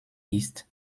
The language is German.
ist